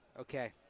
okay